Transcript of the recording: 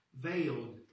veiled